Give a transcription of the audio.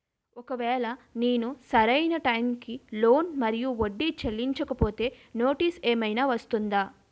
ఒకవేళ నేను సరి అయినా టైం కి లోన్ మరియు వడ్డీ చెల్లించకపోతే నోటీసు ఏమైనా వస్తుందా?